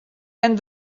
and